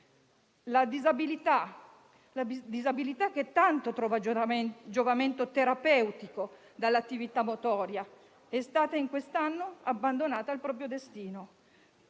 La disabilità, che tanto trova giovamento terapeutico dall'attività motoria, è stata in quest'anno abbandonata al proprio destino.